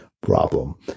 problem